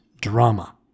drama